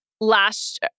last